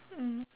mm